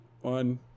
one